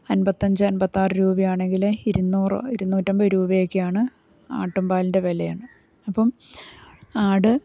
അൻപത്തഞ്ച് അൻപത്താറു രൂപയാണെങ്കിൽ ഇരുനൂറ് ഇരുന്നൂറ്റൻപത് രൂപയൊക്കെയാണ് ആട്ടുമ്പാലിൻ്റെ വിലയാണ് അപ്പം ആട്